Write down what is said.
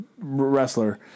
wrestler